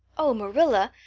oh, marilla,